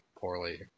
Poorly